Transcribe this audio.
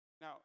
now